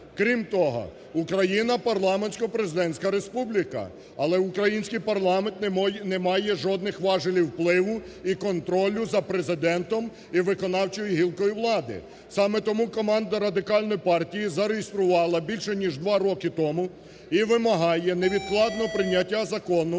Крім того, Україна – парламентсько-президентська республіка, але український парламент не має жодних важелів впливу і контролю за Президентом і виконавчою гілкою влади. Саме тому команда Радикальної партії зареєструвала більш, ніж два роки тому і вимагає невідкладного прийняття Закону